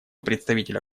представителя